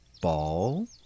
ball